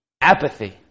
apathy